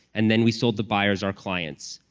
and then we sold the buyers our clients.